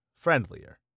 friendlier